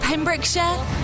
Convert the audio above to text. Pembrokeshire